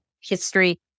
history